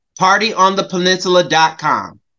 partyonthepeninsula.com